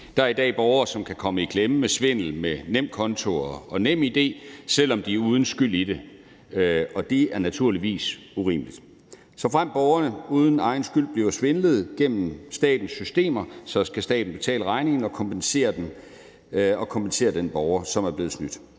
Der er i dag borgere, som kan komme i klemme ved svindel med nemkonto og NemID, selv om de er uden skyld i det, og det er naturligvis urimeligt. Såfremt borgerne uden egen skyld oplever svindel gennem statens systemer, skal staten betale regningen og kompensere den borger, som er blevet snydt.